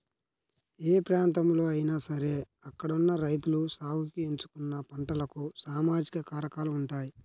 ఏ ప్రాంతంలో అయినా సరే అక్కడున్న రైతులు సాగుకి ఎంచుకున్న పంటలకు సామాజిక కారకాలు ఉంటాయి